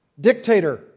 dictator